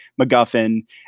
MacGuffin